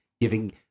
giving